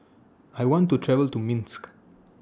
I want to travel to Minsk